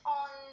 on